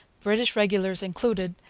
british regulars included,